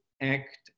act